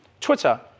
Twitter